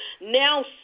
now